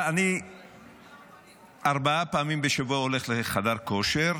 אני ארבע פעמים בשבוע הולך לחדר כושר,